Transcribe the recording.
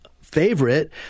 favorite